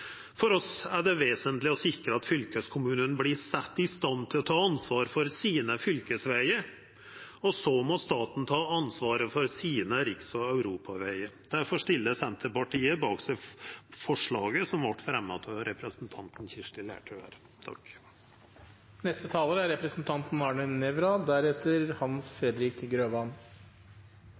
For oss er det vesentleg å sikra at fylkeskommunane vert sette i stand til å ta ansvar for sine fylkesvegar, og så må staten ta ansvaret for sine riks- og europavegar. Difor stiller Senterpartiet seg bak forslaget som vart fremja av representanten Kirsti